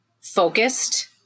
focused